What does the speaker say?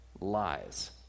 lies